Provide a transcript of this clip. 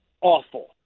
awful